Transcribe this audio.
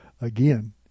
Again